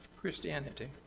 Christianity